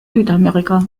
südamerika